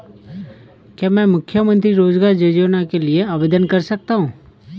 क्या मैं मुख्यमंत्री रोज़गार योजना के लिए आवेदन कर सकता हूँ?